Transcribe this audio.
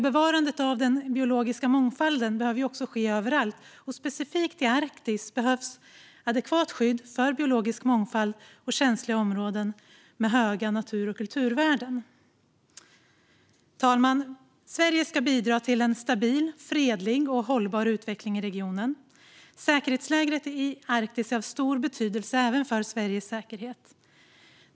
Bevarandet av den biologiska mångfalden behöver också ske överallt, och specifikt i Arktis behövs adekvat skydd för biologisk mångfald och känsliga områden med höga natur och kulturvärden. Fru talman! Sverige ska bidra till en stabil, fredlig och hållbar utveckling i regionen. Säkerhetsläget i Arktis är av stor betydelse även för Sveriges säkerhet.